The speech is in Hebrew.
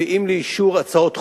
מביאים לאישור הצעות חוק,